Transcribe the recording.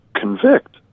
convict